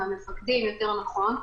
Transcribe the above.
עם המפקדים יותר נכון.